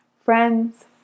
friends